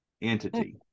entity